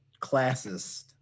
classist